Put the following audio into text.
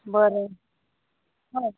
बरं हो